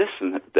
listen